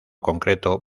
concreto